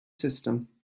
system